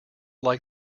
like